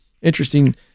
Interesting